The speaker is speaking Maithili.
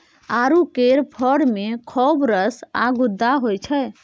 आड़ू केर फर मे खौब रस आ गुद्दा होइ छै